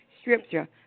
Scripture